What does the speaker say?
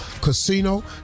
Casino